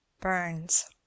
Burns